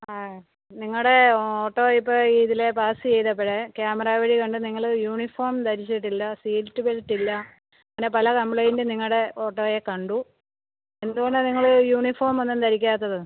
ആ നിങ്ങളുടെ ഓട്ടോ ഇപ്പോൾ ഇതിലെ പാസ് ചെയ്തപ്പഴ് ക്യാമറ വഴി കണ്ട് നിങ്ങൾ യൂണിഫോം ധരിച്ചിട്ടില്ല സീറ്റ് ബെൽറ്റില്ല അങ്ങനെ പല കംപ്ലയിൻറ്റും നിങ്ങളുടെ ഓട്ടോയെ കണ്ടു എന്തുകൊണ്ടാണ് നിങ്ങൾ യൂണിഫോം ഒന്നും ധരിക്കാത്തത്